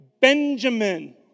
Benjamin